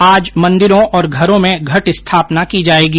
आज मंदिरों और घरों में घट स्थापना की जायेगी